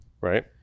Right